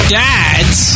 dads